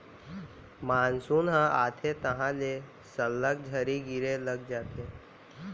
monsoon ह आथे तहॉं ले सल्लग झड़ी गिरे लग जाथे